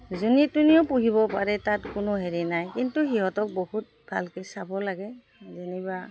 যোনী তুনিও পুহিব পাৰে তাত কোনো হেৰি নাই কিন্তু সিহঁতক বহুত ভালকৈ চাব লাগে যেনিবা